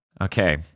okay